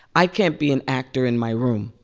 i can't be an actor in my room,